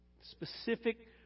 specific